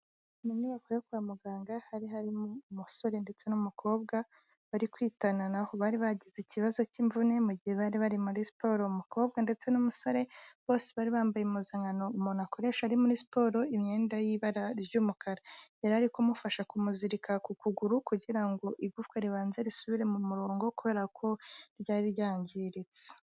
Mu nyubako yo kwa muganga hari harimo umusore ndetse n'umukobwa bari kwitananaho, bari bagize ikibazo k'imvune mu gihe bari bari muri siporo umukobwa ndetse n'umusore bose bari bambaye impuzankano umuntu akoresha ari muri siporo imyenda y'ibara ry'umukara, yari ari kumufasha kumuzirika ku kuguru kugira ngo igufwa ribanze risubire mu murongo kubera ko ryari ryangiritse.